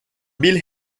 bill